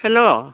hello